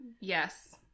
Yes